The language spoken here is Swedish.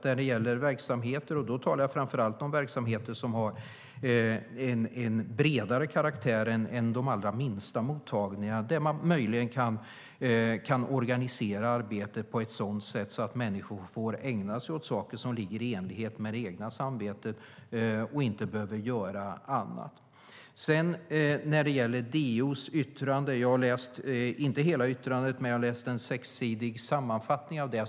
När det gäller verksamheter - då talar jag framför allt om verksamheter som har en bredare karaktär än de allra minsta mottagningarna - kan man möjligen organisera arbetet på ett sådant sätt att människor får ägna sig åt saker som är i enlighet med det egna samvetet och inte behöver göra annat. Sedan gäller det DO:s yttrande. Jag har inte läst hela yttrandet, men jag har läst en sexsidig sammanfattning av det.